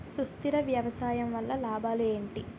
సుస్థిర వ్యవసాయం వల్ల లాభాలు ఏంటి?